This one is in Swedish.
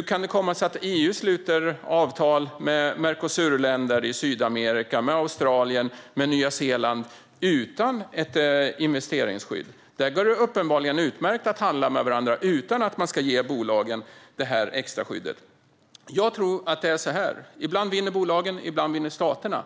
det kan komma sig att EU sluter avtal med Mercosurländer i Sydamerika och med Australien och Nya Zeeland utan ett investeringsskydd. Där går det uppenbarligen utmärkt att handla med varandra utan att man ska ge bolagen extraskyddet. Jag tror att det är så att ibland vinner bolagen och ibland vinner staterna.